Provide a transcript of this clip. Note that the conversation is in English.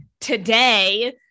today